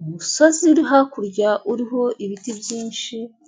umusozi uri hakurya uriho ibiti byinshi.